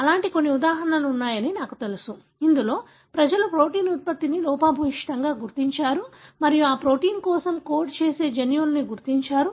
అలాంటి కొన్ని ఉదాహరణలు ఉన్నాయని నాకు తెలుసు ఇందులో ప్రజలు ప్రోటీన్ ఉత్పత్తిని లోపభూయిష్టంగా గుర్తించారు మరియు ఆ ప్రోటీన్ కోసం కోడ్ చేసే జన్యువును గుర్తించారు